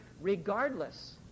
regardless